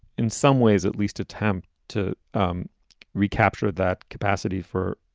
in some ways at least attempt to um recapture that capacity for.